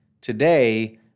Today